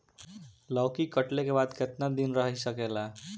लौकी कटले के बाद केतना दिन रही सकेला?